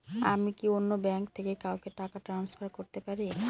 আমি কি অন্য ব্যাঙ্ক থেকে কাউকে টাকা ট্রান্সফার করতে পারি?